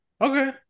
Okay